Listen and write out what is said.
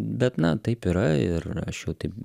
bet na taip yra ir aš jau taip